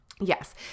Yes